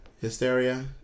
Hysteria